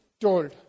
told